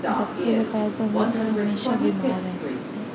جب سے وہ پیدا ہوئی تھی ہمیشہ بیمار رہتی تھی